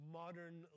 modern